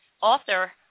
author